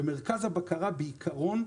ומרכז הבקרה בעיקרון,